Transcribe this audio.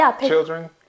children